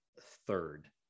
third